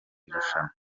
rushanwa